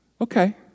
Okay